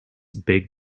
big